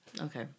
Okay